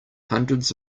hundreds